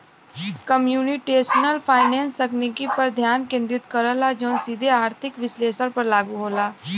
computational finance तकनीक पर ध्यान केंद्रित करला जौन सीधे आर्थिक विश्लेषण पर लागू होला